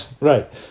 right